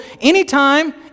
Anytime